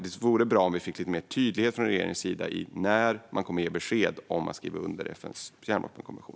Det vore därför bra med lite mer tydlighet från regeringen i fråga om när man kommer att ge besked om att skriva under FN:s kärnvapenkonvention.